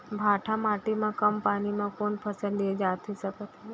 भांठा माटी मा कम पानी मा कौन फसल लिए जाथे सकत हे?